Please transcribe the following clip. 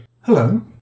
Hello